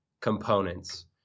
components